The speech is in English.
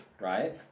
right